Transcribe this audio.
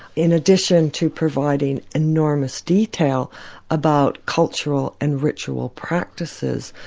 in addition to providing enormous detail about cultural and ritual practices,